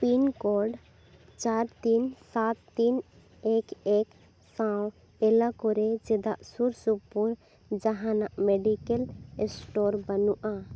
pincode ᱪᱟᱨ ᱛᱤᱱ ᱥᱟᱛ ᱛᱤᱱ ᱮᱠ ᱮᱠ ᱥᱟᱶ ᱮᱞᱟᱠᱚᱨᱮ ᱪᱮᱫᱟᱜ ᱥᱩᱨᱥᱩᱯᱩᱨ ᱡᱟᱦᱟᱱᱟᱜ ᱢᱮᱰᱤᱠᱮᱞ ᱮᱥᱴᱳᱨ ᱵᱟᱹᱱᱩᱜᱼᱟ